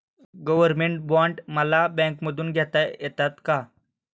Government bond मला बँकेमधून घेता येतात का?